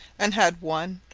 and had one,